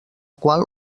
qual